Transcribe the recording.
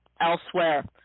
elsewhere